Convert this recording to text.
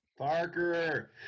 Parker